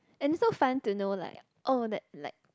and so fun to know like oh that like